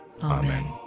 Amen